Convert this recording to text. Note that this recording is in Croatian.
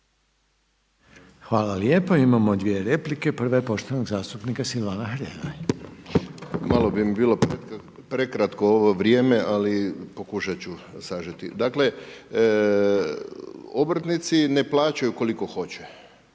Hvala lijepo. Imamo dvije replike. Prva je poštovanog zastupnika Silvana Hrelje. **Hrelja, Silvano (HSU)** Malo bi mi bilo prekratko ovo vrijeme, ali pokušat ću sažeti. Dakle, obrtnici ne plaćaju koliko hoće,